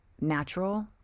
natural